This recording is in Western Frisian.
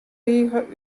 rige